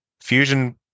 Fusion